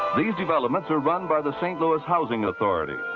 these developments are run by the st. louis housing authority.